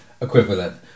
equivalent